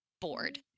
bored